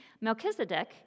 Melchizedek